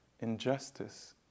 injustice